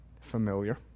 Familiar